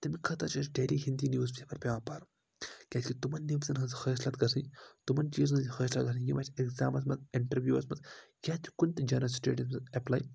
تمہِ خٲطرٕ چھِ أسۍ ڈیلی ہندی نِوٕزپیپَر پؠوان پَرُن کیازِ کہِ تِمَن نِوزَن ہنز حٲصلت گژھۍ نہٕ تِمَن چیٖزَن ہٕندۍ حٲصلت گژھن یِم أسۍ اؠگزامَس منز اِنٹَروِوَس منز کیںہہ تہِ کُنہِ تہِ جَنرَل سٹیڈِیَن منز ایٚپلاے